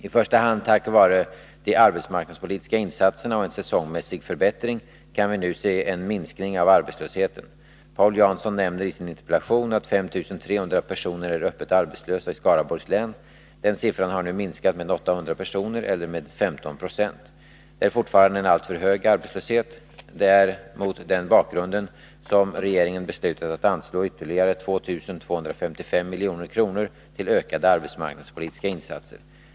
I första hand tack vare de arbetsmarknadspolitiska insatserna och en säsongmässig förbättring kan vi nu se en minskning av arbetslösheten. Paul Jansson nämner i sin interpellation att 5 300 personer är öppet arbetslösa i Skaraborgs län. Den siffran har nu minskat med 800, eller med 15 96. Det är fortfarande en alltför hög arbetslöshet. Det är mot den bakgrunden som regeringen beslutat att anslå ytterligare 2 255 milj.kr. till ökade arbetsmarknadspolitiska insatser.